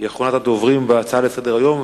היא אחרונת הדוברים בהצעה לסדר-היום,